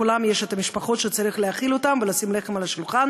לכולם יש משפחות שצריך להאכיל ולשים לחם על השולחן,